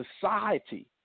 society